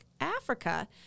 Africa